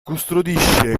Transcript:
custodisce